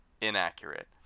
inaccurate